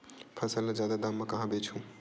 फसल ल जादा दाम म कहां बेचहु?